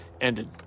ended